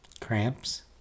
Cramps